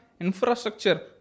Infrastructure